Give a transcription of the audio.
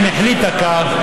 אם החליטה כך,